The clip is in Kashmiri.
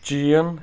چین